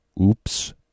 oops